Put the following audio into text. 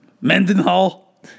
Mendenhall